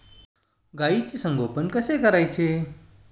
गाईचे संगोपन कसे करायचे?